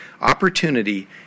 opportunity